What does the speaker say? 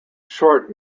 short